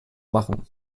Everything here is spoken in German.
machen